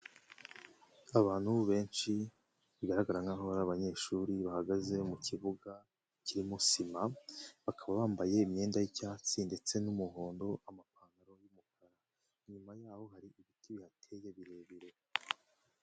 Abantu benshi bigaragara nkaho ari abanyeshuri bahagaze mu kibuga kirimo sima, bakaba bambaye imyenda y'icyatsi ndetse n'umuhondo amapantaro y'umukara, inyuma yaho hari ibiti bihateye birebire.